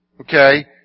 okay